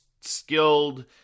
skilled